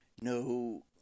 No